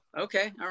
okay